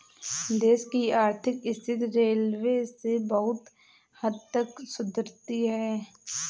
देश की आर्थिक स्थिति रेलवे से बहुत हद तक सुधरती है